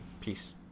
Peace